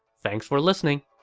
thanks for listening!